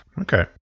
Okay